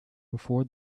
before